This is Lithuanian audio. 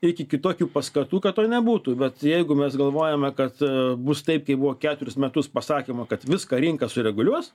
iki kitokių paskatų kad to nebūtų bet jeigu mes galvojame kad bus taip kaip buvo keturis metus pasakoma kad viską rinka sureguliuos